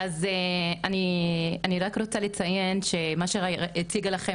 אז אני רק רוצה לציין שמה שהודא הציגה לכם